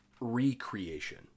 recreation